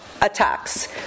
Attacks